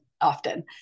often